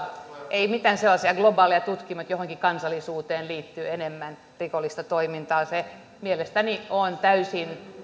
ei mitään sellaisia globaaleja tutkimuksia että johonkin kansallisuuteen liittyy enemmän rikollista toimintaa se on mielestäni täysin